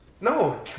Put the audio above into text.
No